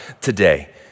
today